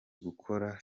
gukora